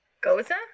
Goza